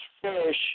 fish